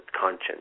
conscience